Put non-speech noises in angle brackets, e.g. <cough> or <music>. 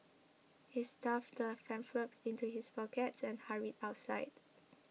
he stuffed the <unintelligible> into his pocket and hurried outside